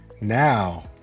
Now